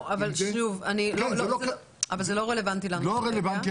זה לא רלוונטי לתקנה.